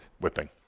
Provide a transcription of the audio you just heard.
Whipping